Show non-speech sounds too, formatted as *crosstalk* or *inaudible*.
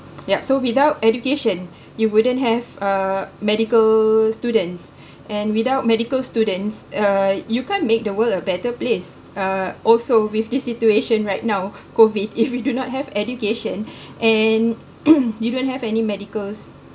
yup so without education *breath* you wouldn't have uh medical students *breath* and without medical students uh you can't make the world a better place uh also with this situation right now COVID if we do not have education *breath* and *coughs* you don't have any medicals